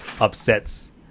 upsets